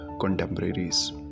contemporaries